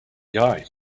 guy